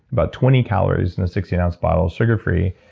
about twenty calories in a sixteen ounce bottle, sugar free.